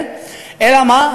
אלא מה?